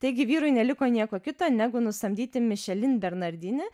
taigi vyrui neliko nieko kito negu nusamdyti mišelin bernardini